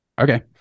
Okay